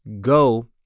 go